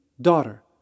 Daughter